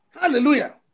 Hallelujah